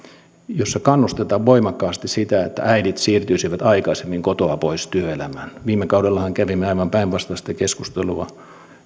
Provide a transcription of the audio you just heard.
jossa kannustetaan voimakkaasti sitä että äidit siirtyisivät aikaisemmin kotoa pois työelämään viime kaudellahan kävimme aivan päinvastaista keskustelua